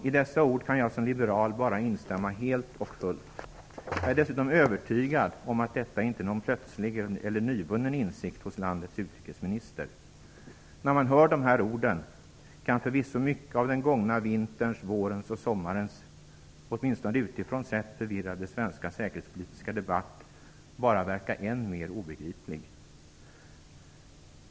I dessa ord kan jag som liberal bara instämma helt och fullt. Jag är dessutom övertygad om att detta inte är någon plötslig eller nyvunnen insikt hos landets utrikesminister. När man hör de här orden kan förvisso mycket av den gångna vinterns, vårens och sommarens, åtminstone utifrån sett, förvirrade svenska säkerhetspolitiska debatt bara verka än mer obegriplig.